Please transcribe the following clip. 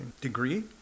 degree